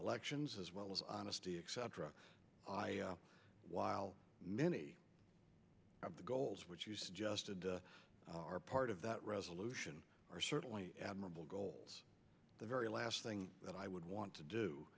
elections as well as honesty except drugs while many of the goals which you suggested are part of that resolution are certainly admirable goal the very last thing that i would want to do